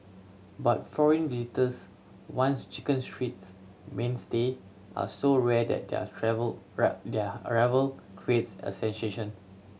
but foreign visitors once Chicken Street's mainstay are so rare that their travel their arrival creates a sensation